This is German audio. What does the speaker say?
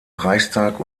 reichstag